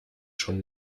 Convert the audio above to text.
schon